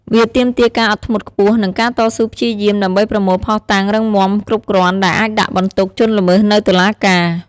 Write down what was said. វាទាមទារការអត់ធ្មត់ខ្ពស់ និងការតស៊ូព្យាយាម ដើម្បីប្រមូលភស្តុតាងរឹងមាំគ្រប់គ្រាន់ដែលអាចដាក់បន្ទុកជនល្មើសនៅតុលាការ។